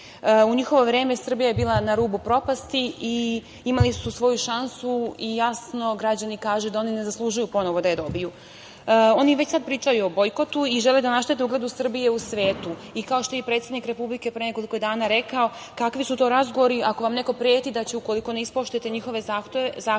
U njihovo vreme Srbija je bila na rubu propasti. Imali su svoju šansu i jasno građani kažu da oni ne zaslužuju ponovo da je dobiju. Oni već sada pričaju o bojkotu i žele da naštete ugledu Srbije u svetu. Kao što je predsednik Republike pre nekoliko dana rekao – kakvi su to razgovori, ako vam neko preti da će ukoliko ne ispoštujete njihove zahteve